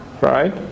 right